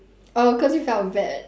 oh cause you felt bad